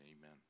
Amen